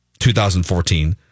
2014